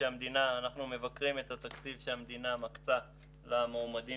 מבקרים את התקציב שהמדינה מקצה למועמדים